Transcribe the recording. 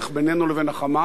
בינינו לבין ה"חמאס",